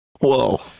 Whoa